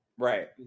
Right